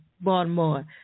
Baltimore